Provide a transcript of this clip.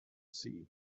see